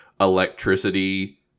electricity